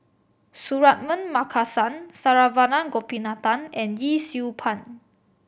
Suratman Markasan Saravanan Gopinathan and Yee Siew Pun